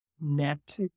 net